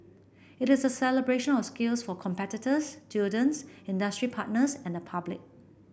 it is a celebration of skills for competitors students industry partners and the public